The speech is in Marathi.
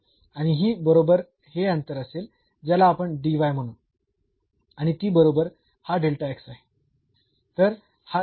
आणि ही बरोबर हे अंतर असेल ज्याला आपण म्हणू आणि ती बरोबर हा आहे